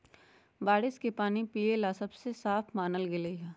बारिश के पानी पिये ला सबसे साफ मानल गेलई ह